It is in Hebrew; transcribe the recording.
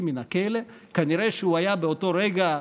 שרנסקי מן הכלא, כנראה הוא היה באותו רגע,